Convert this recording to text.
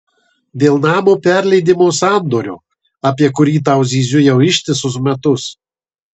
dėl namo perleidimo sandorio apie kurį tau zyziu jau ištisus metus